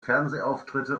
fernsehauftritte